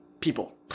people